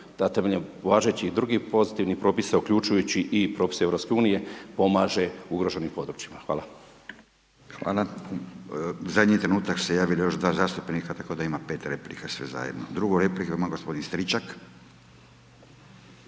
da temeljem važećih i drugih pozitivnih propisa uključujući i propise EU pomaže ugroženim područjima. Hvala. **Radin, Furio (Nezavisni)** Hvala. U zadnji trenutak se javila još 2 zastupnika tako da ima 5 replika sve zajedno. Drugu repliku ima gospodin Stričak.